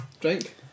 Drink